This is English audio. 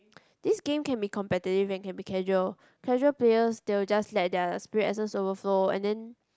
this game can be competitive and can be casual casual players they will just let the spirit essence overflow and then